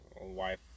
wife